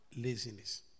laziness